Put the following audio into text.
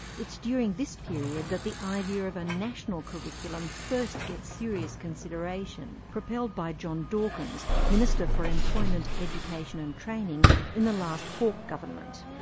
it's during this period that the idea of a national curriculum first gets serious consideration propelled by john dawkins, minister for employment, education and training in the last hawke government.